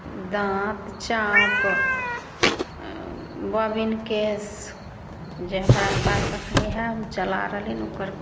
दाँत चाँप बॉबिनकेश जे हमरा पास अखनी हइ हम चला रहलिये ने ओकर